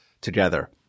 together